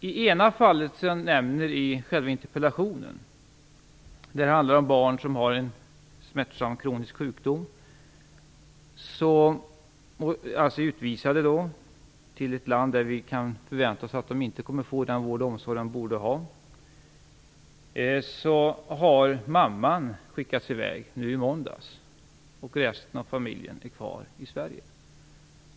I ett av de fall som jag nämner i interpellationen handlar det om barn som har en smärtsam, kronisk sjukdom och som utvisats till ett land där vi inte kan förvänta oss att de kommer att få den vård och omsorg de borde ha. Mamman skickades i väg i måndags och resten av familjen är kvar i Sverige.